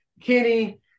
Kenny